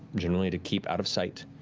generally to keep out of sight.